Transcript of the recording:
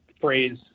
phrase